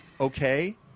okay